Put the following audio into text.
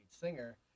singer